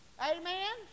Amen